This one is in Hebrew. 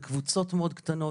בקבוצות מאוד קטנות.